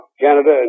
Canada